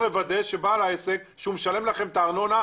לוודא שבעל העסק שמשלם לכם את הארנונה,